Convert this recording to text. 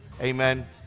Amen